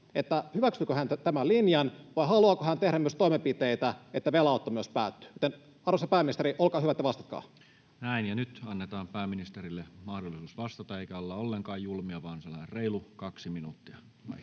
hyväksyykö hän tämän linjan, vai haluaako hän tehdä myös sellaisia toimenpiteitä, että velanotto myös päättyy? Arvoisa pääministeri, olkaa hyvä ja vastatkaa. Näin. — Ja nyt annetaan pääministerille mahdollisuus vastata, eikä olla ollenkaan julmia, vaan sellainen reilu kaksi minuuttia